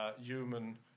human